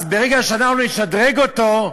ברגע שאנחנו נשדרג אותו,